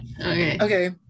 okay